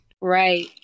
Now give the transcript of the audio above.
Right